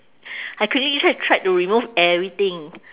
I quickly tried tried to remove everything